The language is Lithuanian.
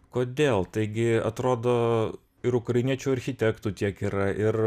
kodėl taigi atrodo ir ukrainiečių architektų tiek yra ir